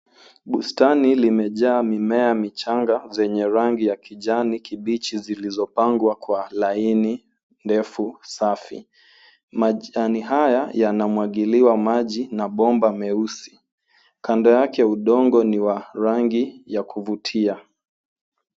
Bustani limejaa mimea michanga zenye rangi ya kijani kibichi zilizopangwa kwa laini ndefu safi. Majani haya yanamwagiliwa maji na bomba meusi. Kando yake udongo ni wa rangi ya kuvutia.